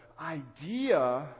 idea